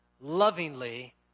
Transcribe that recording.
lovingly